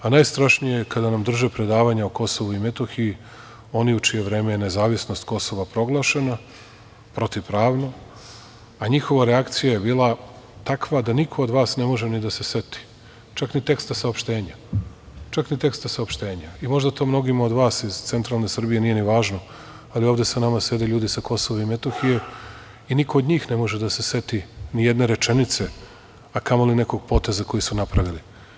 Najstrašnije je kada nam drže predavanja o Kosovu i Metohiji, oni u čije je vreme nezavisnost Kosova proglašena protivpravno, a njihova reakcija je bila takva da niko od vas ne može ni da se seti, čak ni teksta saopštenja i možda to mnogima od vas iz centralne Srbije nije ni važno, ali ovde sa nama sede ljudi sa Kosova i Metohije i niko od njih ne može da se seti ni jedne rečenice, a kamoli nekog poteza koji su napravili.